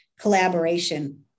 collaboration